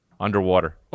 Underwater